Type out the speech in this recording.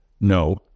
No